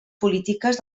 polítiques